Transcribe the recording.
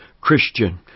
Christian